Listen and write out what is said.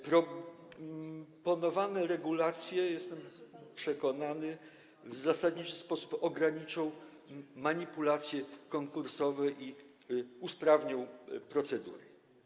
Proponowane regulacje, jestem przekonany, w zasadniczy sposób ograniczą manipulacje konkursowe i usprawnią procedury.